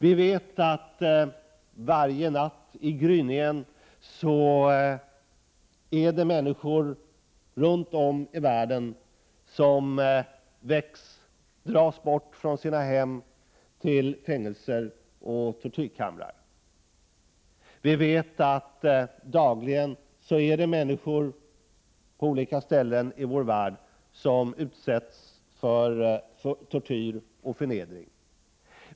Vi vet att människor, runt om i världen, varje natt i gryningen väcks och dras bort från sina hem till fängelser och tortyrkamrar, och vi vet att människor dagligen på olika ställen i vår värld utsätts för tortyr och förnedring.